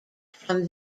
from